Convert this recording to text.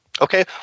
Okay